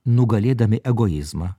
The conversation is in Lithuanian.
nugalėdami egoizmą